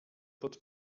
pod